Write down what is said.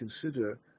consider